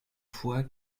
fois